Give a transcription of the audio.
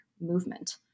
movement